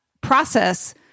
process